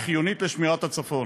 היא חיונית לשמירת הצפון.